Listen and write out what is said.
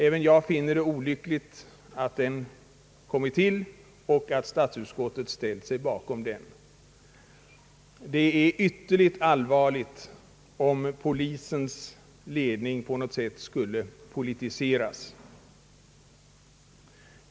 Även jag finner det olyckligt att den kommit till och att statsutskottet ställt sig bakom den. Det är ytterligt allvarligt om polisens ledning på något sätt skulle politiseras.